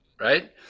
right